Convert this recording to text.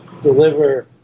deliver